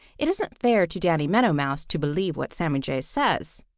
it isn't fair to danny meadow mouse to believe what sammy jay says.